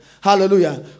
Hallelujah